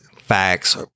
facts